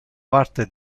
parte